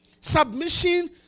Submission